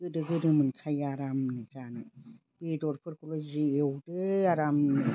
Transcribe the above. गोदो गोदो मोनखायो आरामनो जानो बेदरफोरखौल' जि एवदो आरामनो